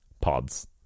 Pods